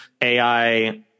AI